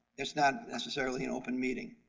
it's not necessarily an open meeting.